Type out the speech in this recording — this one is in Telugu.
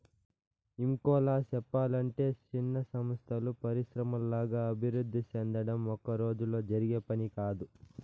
ఇంకోలా సెప్పలంటే చిన్న సంస్థలు పరిశ్రమల్లాగా అభివృద్ధి సెందడం ఒక్కరోజులో జరిగే పని కాదు